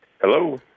Hello